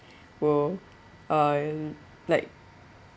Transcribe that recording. !whoa! like